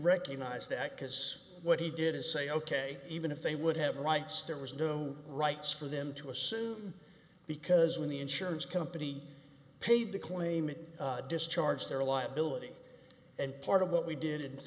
recognized that because what he did is say ok even if they would have rights there was no rights for them to assume because when the insurance company paid the claim discharge their liability and part of what we did